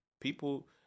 people